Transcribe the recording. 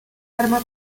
arma